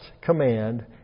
command